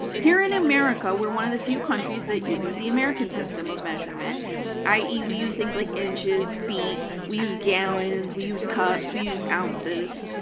here in america we're one of the few countries that uses the american system of measurement ie, we use things like inches feet we use gallons we use cups we use ounces.